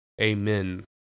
Amen